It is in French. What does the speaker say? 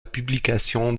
publication